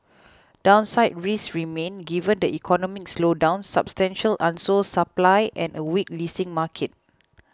downside risks remain given the economic slowdown substantial unsold supply and a weak leasing market